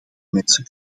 mensen